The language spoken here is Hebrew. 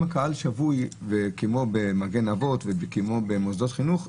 אם הקהל שבוי כמו במגן אבות וכמו במוסדות חינוך,